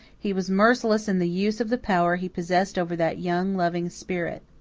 he was merciless in the use of the power he possessed over that young, loving spirit.